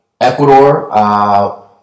Ecuador